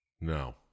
No